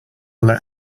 let